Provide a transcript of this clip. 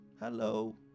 Hello